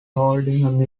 holding